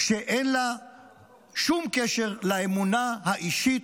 אין שום קשר לאמונה האישית,